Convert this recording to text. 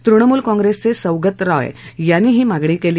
तृणमूल काँग्रेसचे सौगत राय यांनीही मागणी केली